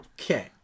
Okay